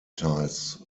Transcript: ties